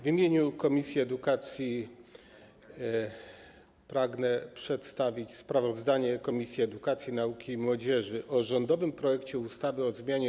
W imieniu komisji edukacji pragnę przedstawić sprawozdanie Komisji Edukacji, Nauki i Młodzieży o rządowym projekcie ustawy o zmianie